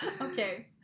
Okay